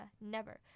Never